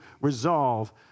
resolve